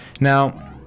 now